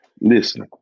Listen